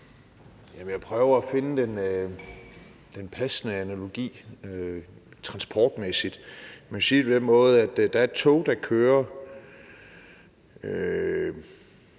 Jeg prøver at finde en passende analogi transportmæssigt. Jeg vil sige det på den måde, at der er et tog, der kører,